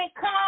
come